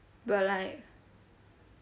but like